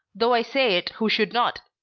though i say it who should not.